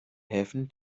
helfen